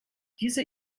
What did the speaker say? diese